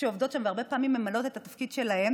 שעובדות שם,